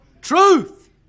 truth